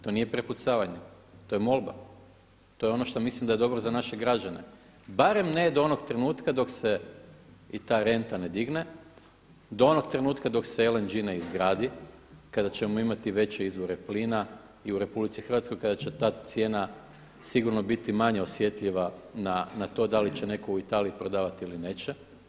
To nije prepucavanje, to je molba, to je ono što mislim da je dobro za naše građane, barem ne do onog trenutka dok se i ta renta ne digne, do onog trenutka dok se LNG izgradi, kada ćemo imati veće izvore plina i u RH kada će ta cijena sigurno biti manje osjetljiva na to da li će netko u Italiji prodavati ili neće.